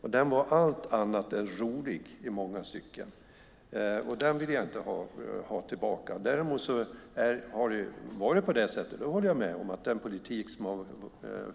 Den var allt annat än rolig i många stycken. Den vill jag inte ha tillbaka. Däremot har den politik som